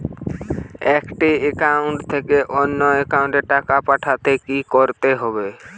একটি একাউন্ট থেকে অন্য একাউন্টে টাকা পাঠাতে কি করতে হবে?